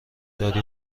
داری